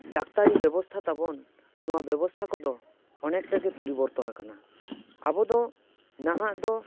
ᱰᱟᱠᱛᱟᱨᱤ ᱵᱮᱵᱥᱲᱛᱷᱟ ᱛᱟᱵᱚᱱ ᱱᱚᱣᱟ ᱵᱮᱵᱚᱥᱛᱷᱟ ᱠᱚᱫᱚ ᱚᱱᱮᱠᱴᱟᱜᱮ ᱯᱚᱨᱤᱵᱚᱨᱛᱱ ᱟᱠᱟᱱᱟ ᱟᱵᱚᱫᱚ ᱱᱟᱦᱟᱜ ᱫᱚ